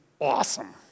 awesome